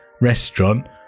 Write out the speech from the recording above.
restaurant